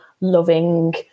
loving